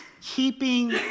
keeping